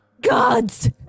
gods